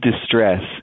distress